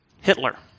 Hitler